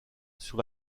sur